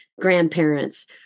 grandparents